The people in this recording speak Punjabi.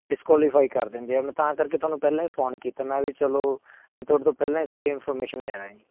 ਡਿਸਕੋਲੀਫਾਈ ਕਰ ਦਿੰਦੇ ਆ ਮੈਂ ਤਾਂ ਕਰਕੇ ਤੁਹਾਨੂੰ ਪਹਿਲਾਂ ਹੀ ਫੋਨ ਕੀਤਾ ਮੈਂ ਵੀ ਚਲੋ ਮੈਂ ਤੁਹਾਡੇ ਤੋਂ ਪਹਿਲਾਂ ਸਾਰੀ ਇਨਫੋਰਮੇਸ਼ਨ ਲੈ ਲਾ ਜੀ